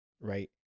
right